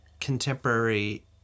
contemporary